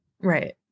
Right